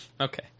Okay